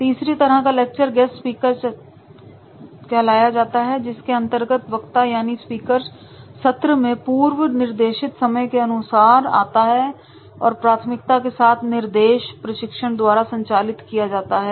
तीसरे तरह का लेक्चर गेस्ट स्पीकर चलाया जाता है जिसके अंतर्गत वक्ता यानी स्पीकर सत्र में पूर्व निर्देशित समय के अनुसार आता है और प्राथमिकता के साथ निर्देश प्रशिक्षण द्वारा संचालित किया जाता है